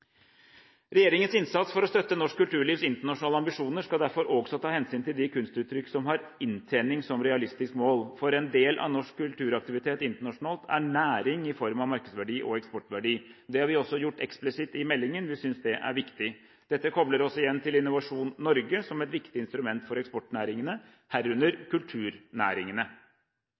Regjeringens innsats for å støtte norsk kulturlivs internasjonale ambisjoner skal derfor også ta hensyn til de kunstuttrykk som har inntjening som realistisk mål, for en del av norsk kulturaktivitet internasjonalt er næring i form av markedsverdi og eksportverdi. Det har vi gjort eksplisitt i meldingen. Vi synes det er viktig. Dette kobler oss igjen til Innovasjon Norge som et viktig instrument for eksportnæringene, herunder kulturnæringene.